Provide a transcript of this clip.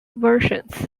versions